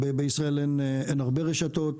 בישראל אין הרבה רשתות,